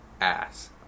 ass